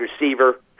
receiver